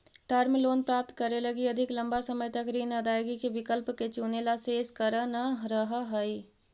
term loan प्राप्त करे लगी अधिक लंबा समय तक ऋण अदायगी के विकल्प के चुनेला शेष कर न रहऽ हई